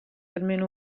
almeno